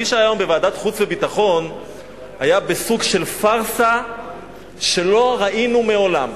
מי שהיה היום בוועדת החוץ והביטחון היה בסוג של פארסה שלא ראינו מעולם.